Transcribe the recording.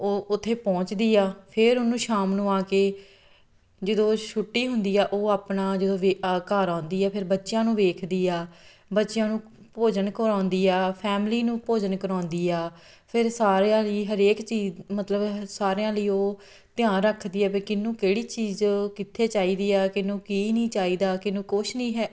ਉਹ ਉੱਥੇ ਪਹੁੰਚਦੀ ਆ ਫੇਰ ਉਹਨੂੰ ਸ਼ਾਮ ਨੂੰ ਆ ਕੇ ਜਦੋਂ ਛੁੱਟੀ ਹੁੰਦੀ ਆ ਉਹ ਆਪਣਾ ਜਦੋਂ ਵੇ ਆ ਘਰ ਆਉਂਦੀ ਆ ਫਿਰ ਬੱਚਿਆਂ ਨੂੰ ਵੇਖਦੀ ਆ ਬੱਚਿਆਂ ਨੂੰ ਭੋਜਨ ਕਰਾਉਂਦੀ ਆ ਫੈਮਲੀ ਨੂੰ ਭੋਜਨ ਕਰਾਉਂਦੀ ਆ ਫਿਰ ਸਾਰਿਆਂ ਲਈ ਹਰੇਕ ਚੀਜ਼ ਮਤਲਬ ਸਾਰਿਆਂ ਲਈ ਉਹ ਧਿਆਨ ਰੱਖਦੀ ਆ ਵੀ ਕਿਹਨੂੰ ਕਿਹੜੀ ਚੀਜ਼ ਕਿੱਥੇ ਚਾਹੀਦੀ ਆ ਕਿਹਨੂੰ ਕੀ ਨਹੀਂ ਚਾਹੀਦਾ ਕਿਹਨੂੰ ਕੁਛ ਨਹੀਂ ਹੈ